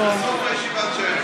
אז תעשה את זה בסוף הישיבה, תישאר פה.